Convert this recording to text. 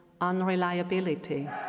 unreliability